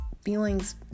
feelings